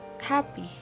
happy